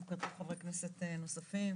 בוקר טוב חברי כנסת נוספים.